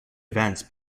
events